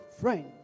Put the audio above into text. friend